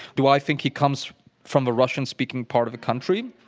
do i think he comes from the russian-speaking part of the country,